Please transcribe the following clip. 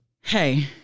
Hey